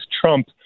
Trump